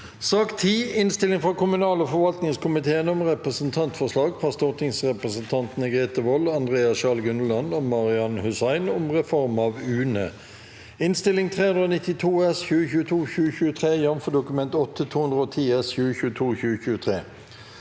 mai 2023 Innstilling fra kommunal- og forvaltningskomiteen om Representantforslag fra stortingsrepresentantene Grete Wold, Andreas Sjalg Unneland og Marian Hussein om reform av UNE (Innst. 392 S (2022–2023), jf. Dokument 8:210 S